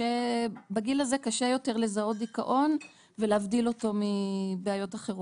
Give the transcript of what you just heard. בגיל הזה קשה יותר לזהות דיכאון ולהבדיל אותו מבעיות אחרות.